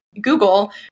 Google